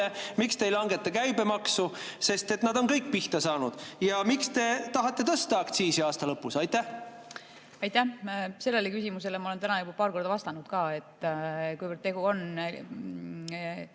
Miks te ei langeta käibemaksu? Sest kõik on pihta saanud. Ja miks te tahate tõsta aktsiisi aasta lõpus? Aitäh! Sellele küsimusele ma olen täna juba paar korda vastanud, et kuna tegu on